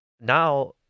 now